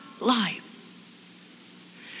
life